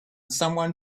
someone